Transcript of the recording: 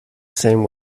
same